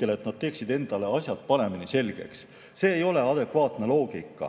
et nad teeksid endale asjad paremini selgeks. See ei ole adekvaatne loogika.